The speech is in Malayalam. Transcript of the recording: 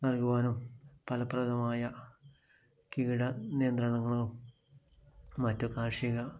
നൽകുവാനോ ഫലപ്രദമായ കീട നിയന്ത്രണങ്ങളോ മറ്റ് കാർഷിക